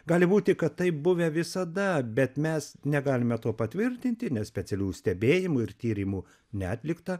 gali būti kad taip buvę visada bet mes negalime to patvirtinti nes specialių stebėjimų ir tyrimų neatlikta